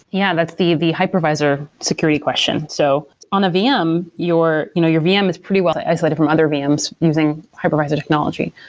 yeah, that's the the hypervisor security question. so on a vm, your you know your vm is pretty well isolated from other vms using hypervisor technology.